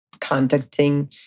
contacting